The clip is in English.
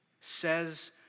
says